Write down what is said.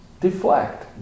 deflect